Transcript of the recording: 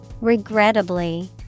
Regrettably